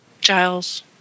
Giles